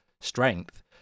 strength